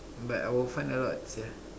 but our fund a lot sia